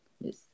Yes